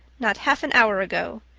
not half an hour ago.